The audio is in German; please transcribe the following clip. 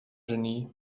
genie